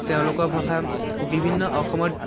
তেওঁলোকৰ ভাষা বিভিন্ন অসমত